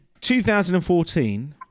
2014